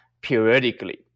periodically